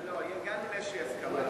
הגענו לאיזו הסכמה.